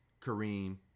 Kareem